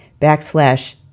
backslash